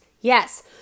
Yes